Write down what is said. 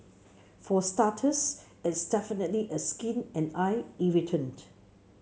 for starters it's definitely a skin and eye irritant